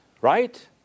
right